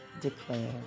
declare